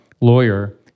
lawyer